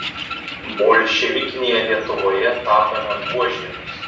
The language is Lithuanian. bolševikinėje lietuvoje tapome buožėmis